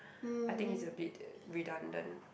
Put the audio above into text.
I think it's a bit uh redundant